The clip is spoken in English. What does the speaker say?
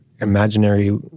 imaginary